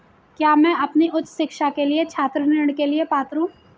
क्या मैं अपनी उच्च शिक्षा के लिए छात्र ऋण के लिए पात्र हूँ?